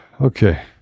okay